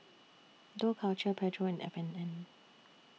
Dough Culture Pedro and F and N